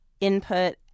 input